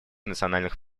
национальных